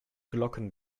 glocken